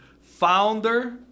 founder